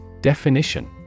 Definition